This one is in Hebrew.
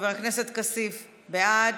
חבר הכנסת כסיף, בעד,